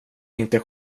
inte